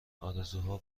آرزوها